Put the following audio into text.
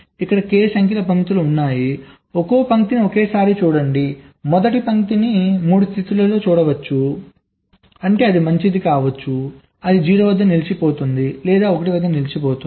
ఇక్కడ k సంఖ్యల పంక్తులు ఉన్నాయి ఒక్కొక్క పంక్తిని ఒకేసారి చూడండి మొదటి పంక్తి 3 రాష్ట్రాల్లో ఉండవచ్చు అంటే అది మంచిది కావచ్చు అది 0 వద్ద నిలిచిపోతుంది లేదా 1 వద్ద నిలిచిపోతుంది